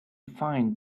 find